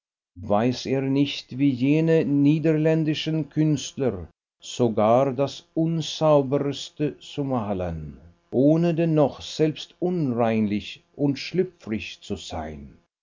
weiß er nicht wie jene niederländischen künstler sogar das unsauberste zu malen ohne dennoch selbst unreinlich und schlüpfrig zu sein